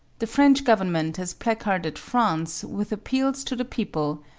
the french government has placarded france with appeals to the people,